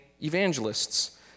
evangelists